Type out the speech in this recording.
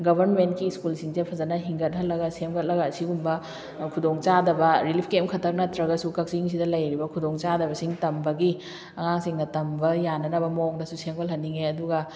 ꯒꯕꯔꯃꯦꯟꯀꯤ ꯁ꯭ꯀꯨꯜꯁꯤꯡꯁꯦ ꯐꯖꯅ ꯍꯤꯡꯒꯠꯍꯜꯂꯒ ꯁꯦꯝꯒꯠꯂꯒ ꯑꯁꯤꯒꯨꯝꯕ ꯈꯨꯗꯣꯡ ꯆꯥꯗꯕ ꯔꯤꯂꯤꯐ ꯀꯦꯝ ꯈꯛꯇꯪ ꯅꯠꯇ꯭ꯔꯒꯁꯨ ꯀꯥꯛꯆꯤꯡ ꯁꯤꯗ ꯂꯩꯔꯤꯕ ꯈꯨꯗꯣꯡ ꯆꯥꯗꯕꯁꯤꯡ ꯇꯝꯕꯒꯤ ꯑꯉꯥꯡꯁꯤꯡꯅ ꯇꯝꯕ ꯌꯥꯅꯅꯕ ꯃꯑꯣꯡꯗꯁꯨ ꯁꯦꯝꯒꯠ ꯍꯟꯅꯤꯡꯉꯦ ꯑꯗꯨꯒ